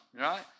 right